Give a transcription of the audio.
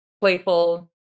playful